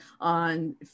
on